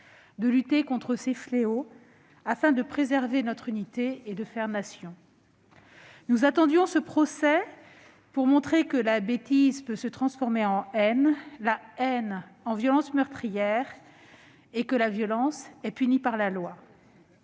de lutter contre ces fléaux afin de préserver notre unité et de faire Nation. Nous attendions ce procès pour montrer que la bêtise peut se transformer en haine, la haine en violence meurtrière, et que la violence est punie par la loi.